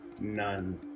none